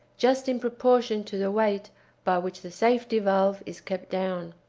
just in proportion to the weight by which the safety-valve is kept down.